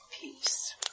peace